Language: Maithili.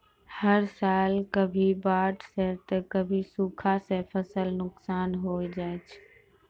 हर साल कभी बाढ़ सॅ त कभी सूखा सॅ फसल नुकसान होय जाय छै